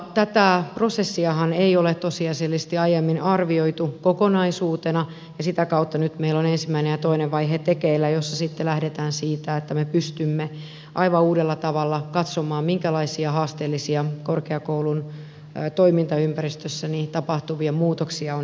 tätä prosessiahan ei ole tosiasiallisesti aiemmin arvioitu kokonaisuutena ja sitä kautta nyt meillä on ensimmäinen ja toinen vaihe tekeillä jossa sitten lähdetään siitä että me pystymme aivan uudella tavalla katsomaan minkälaisia haasteellisia korkeakoulun toimintaympäristössä tapahtuvia muutoksia on edessä